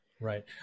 Right